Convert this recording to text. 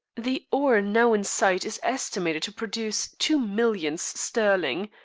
the ore now in sight is estimated to produce two millions sterling,